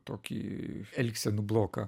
tokį elgsenų bloką